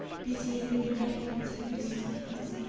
busy in new engagements, and new schemes,